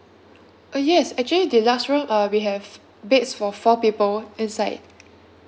uh yes actually deluxe room uh we have beds for four people inside